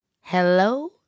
Hello